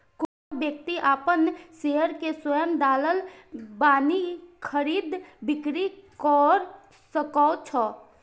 कोनो व्यक्ति अपन शेयर के स्वयं दलाल बनि खरीद, बिक्री कैर सकै छै